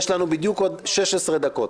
--- את הדבר היחיד שעשית.